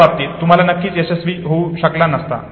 पहिल्या बाबतीत तुम्ही नक्कीच यशस्वी होऊ शकला नसता